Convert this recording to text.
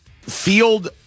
field